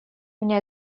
меня